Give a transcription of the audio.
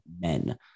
men